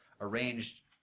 arranged